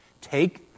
take